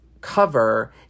cover